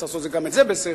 גם את זה צריך לעשות בשכל,